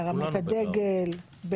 בהרמת הדגל,